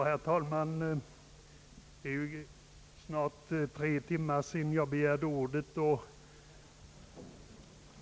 Herr talman! Det är snart tre timmar sedan jag begärde ordet.